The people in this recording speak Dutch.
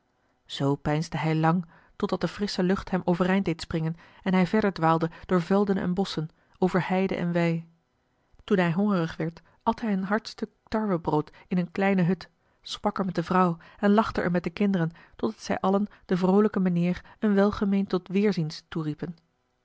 zoo peinsde hij lang totdat de frissche lucht hem overeind deed springen en hij verder dwaalde door velden en bosschen over heide en wei toen hij hongerig werd at hij een hard stuk tarwebrood in eene kleine hut sprak er met de vrouw en lachte er met de kinderen totdat zij allen den vroolijken meneer een welgemeend tot weerziens toeriepen